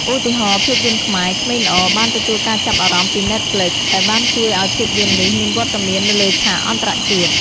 ឧទាហរណ៍ ភាពយន្តខ្មែរ ក្មេងល្អ បានទទួលការចាប់អារម្មណ៍ពី Netflix ដែលបានជួយឲ្យភាពយន្តនេះមានវត្តមាននៅលើឆាកអន្តរជាតិ។